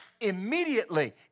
immediately